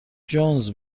جونز